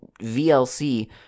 VLC